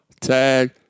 Tag